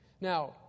Now